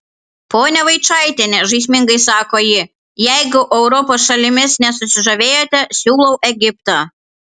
ponia vaičaitiene žaismingai sako ji jeigu europos šalimis nesusižavėjote siūlau egiptą